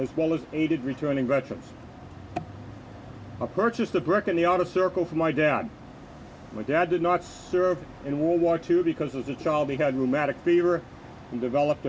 as well as aided returning veterans a purchased a brick in the art of circle for my dad my dad did not serve in world war two because as a child he had rheumatic fever he developed